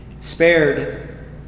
spared